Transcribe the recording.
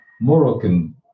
Moroccan